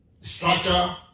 structure